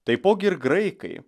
taipogi ir graikai